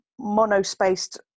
monospaced